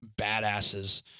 badasses